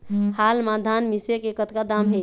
हाल मा धान मिसे के कतका दाम हे?